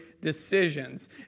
decisions